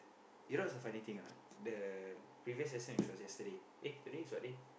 you know what's a funny thing or not the previous lesson which was yesterday eh today is what day